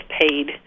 paid